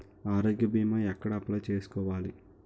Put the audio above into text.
ఆరోగ్య భీమా ఎక్కడ అప్లయ్ చేసుకోవాలి?